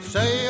Say